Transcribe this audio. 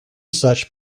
such